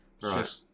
right